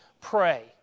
pray